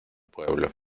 pueblo